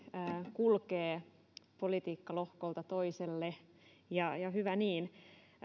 kulkee politiikkalohkolta toiselle ja hyvä niin